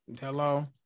Hello